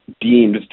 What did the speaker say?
deemed